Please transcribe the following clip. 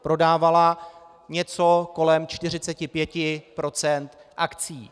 Prodávala něco kolem 45 % akcií.